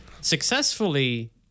successfully